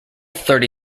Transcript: thirty